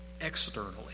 externally